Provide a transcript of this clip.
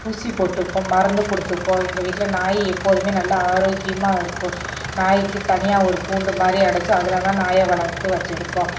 ஊசி போட்டுப்போம் மருந்து கொடுத்துப்போம் எங்கள் வீட்டில் நாய் எப்போதுமே நல்ல ஆரோக்கியமாக இருக்கும் நாய்க்கு தனியாக ஒரு கூண்டு மாதிரி அடைச்சி அதுலதான் நாயை வளர்த்து வச்சியிருப்போம்